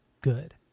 good